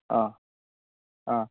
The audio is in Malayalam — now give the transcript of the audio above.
ആ ആ